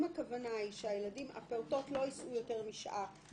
אם הכוונה היא שהפעוטות לא ייסעו יותר משעה,